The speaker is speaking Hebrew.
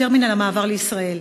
טרמינל המעבר לישראל.